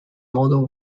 modal